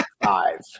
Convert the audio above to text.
five